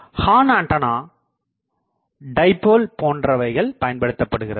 horn antenna horn dipole போன்றவைகள் பயன்படுத்தப்படுகிறது